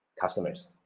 customers